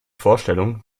vorstellung